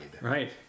Right